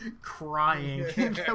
crying